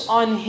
on